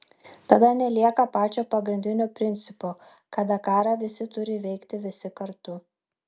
tada nelieka pačio pagrindinio principo kad dakarą visi turi įveikti visi kartu